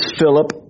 Philip